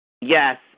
Yes